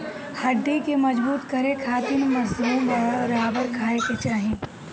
हड्डी के मजबूत करे खातिर मशरूम बराबर खाये के चाही